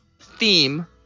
theme